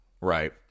right